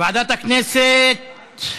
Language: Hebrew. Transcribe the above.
ועדת הכנסת,